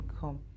come